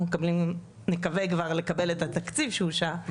נקווה כבר לקבל את התקציב שאושר,